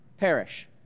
perish